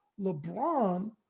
LeBron